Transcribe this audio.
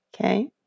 Okay